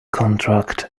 contract